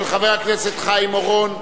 של חבר הכנסת חיים אורון.